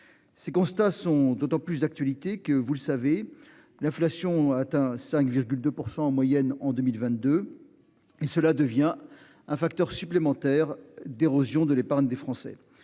Ces constats sont d'autant plus d'actualité que vous le savez, l'inflation a atteint 5,2% en moyenne en 2022. Et cela devient un facteur supplémentaire d'érosion de l'épargne des Français.